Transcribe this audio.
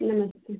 नमस्ते